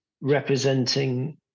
representing